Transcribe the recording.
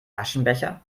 aschenbecher